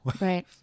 Right